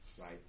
Right